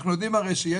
אנחנו יודעים שיש